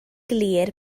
glir